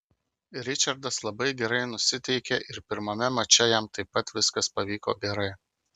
ričardas labai gerai nusiteikė ir pirmame mače jam taip pat viskas pavyko gerai